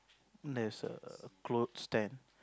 there's a clothes stand